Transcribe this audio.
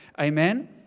Amen